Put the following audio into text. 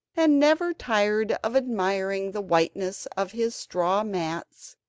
and never tired of admiring the whiteness of his straw mats,